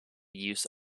use